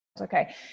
Okay